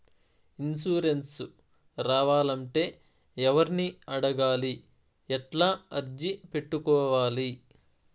Insurance రావాలంటే ఎవర్ని అడగాలి? ఎట్లా అర్జీ పెట్టుకోవాలి?